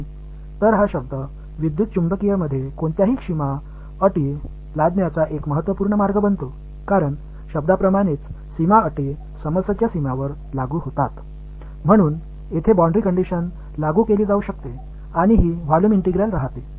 எனவே இந்த வெளிப்பாடு மின்காந்தத்தில் பௌண்டரி கண்டிஷன்ஸ் களையும் திணிப்பதற்கான மிக முக்கியமான வழியாகும் ஏனென்றால் பௌண்டரி கண்டிஷன்ஸ் என்பது உள்ள சொற்றொடரின் படியே அது சிக்கலின் எல்லைக்கு பொருந்தும்